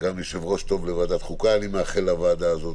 וגם יושב-ראש טוב לוועדת החוקה אני מאחל לוועדה הזאת,